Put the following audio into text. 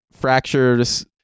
fractures